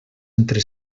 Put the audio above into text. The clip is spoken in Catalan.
entre